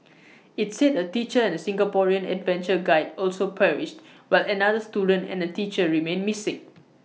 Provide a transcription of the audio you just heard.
IT said A teacher and A Singaporean adventure guide also perished while another student and A teacher remain missing